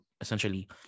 essentially